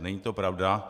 Není to pravda.